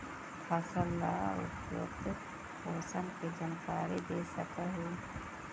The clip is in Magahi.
फसल ला उपयुक्त पोषण के जानकारी दे सक हु?